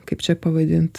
kaip čia pavadint